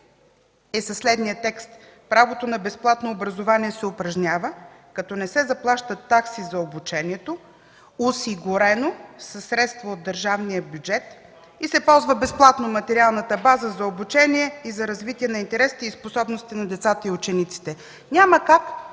е със следния текст: „Правото на безплатно образование се упражнява, като не се заплащат такси за обучението, осигурено със средства от държавния бюджет и се ползва безплатно материалната база за обучение и за развитие на интересите и способностите на децата и учениците”. Няма как,